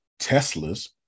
Teslas